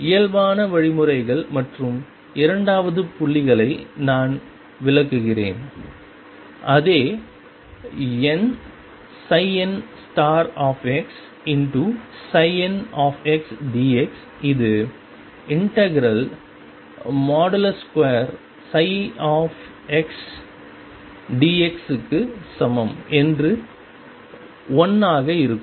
இயல்பான வழிமுறைகள் மற்றும் இரண்டாவது புள்ளிகளை நான் விளக்குகிறேன் அதே n nxndx இது ψ2dx க்கு சமம் என்று 1 ஆக இருக்கும்